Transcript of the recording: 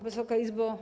Wysoka Izbo!